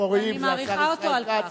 ואני מעריכה אותו על כך.